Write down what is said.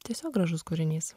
tiesiog gražus kūrinys